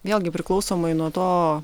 vėlgi priklausomai nuo to